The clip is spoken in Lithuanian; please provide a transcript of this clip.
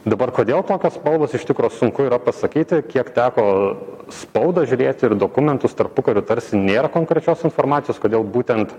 dabar kodėl kokios spalvos iš tikro sunku yra pasakyti kiek teko spaudą žiūrėti ir dokumentus tarpukariu tarsi nėr konkrečios informacijos kodėl būtent